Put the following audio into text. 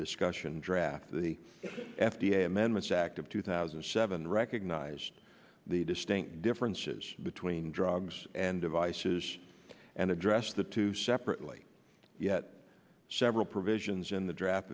discussion draft the f d a amendments act of two thousand and seven recognized the distinct differences between drugs and devices and addressed the two separately yet several provisions in the draft